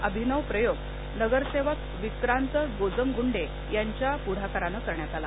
हा अभिनव प्रयोग नगरसेवक विक्रांत गोजमगुंडे यांच्या पुढाकाराने करण्यात आला